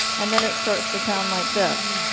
and then it starts to sound like this